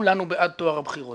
כולנו בעד טוהר הבחירות.